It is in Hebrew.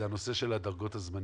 זה הנושא של הדרגות הזמניות.